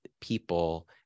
people